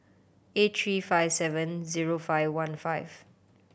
eight three five seven zero five one five